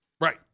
Right